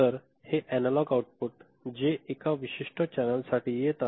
तर हे analogue output जे एका विशिष्ट चॅनेलसाठी येत आहे